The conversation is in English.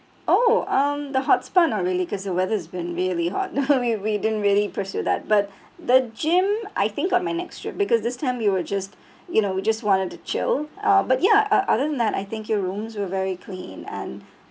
oh um the hot spa not really cause the weather's been really hot we we didn't really pursue that but the gym I think on my next year because this time we were just you know we just wanted to chill uh but ya uh other than that I think your rooms were very clean and